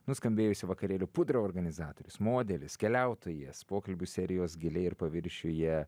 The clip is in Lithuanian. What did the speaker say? nuskambėjusių vakarėlių pudra organizatorius modelis keliautojas pokalbių serijos giliai ir paviršiuje